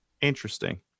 interesting